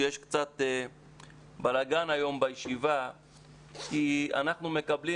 שיש קצת בלגאן היום בישיבה כי אנחנו מקבלים